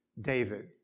David